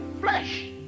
flesh